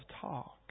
talk